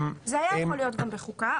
זה היה יכול להיות גם בחוקה,